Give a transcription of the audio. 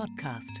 podcast